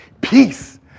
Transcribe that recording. peace